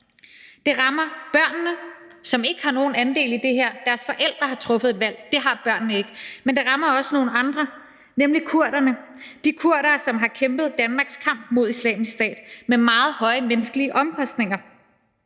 Det rammer børnene, som ikke har nogen andel i det her. Det er deres forældre, der har truffet et valg – det har børnene ikke. Men det rammer også nogle andre, nemlig kurderne; de kurdere, som har kæmpet Danmarks kamp mod Islamisk Stat med meget høje menneskelige omkostninger.